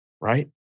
right